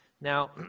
Now